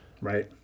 right